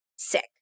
sick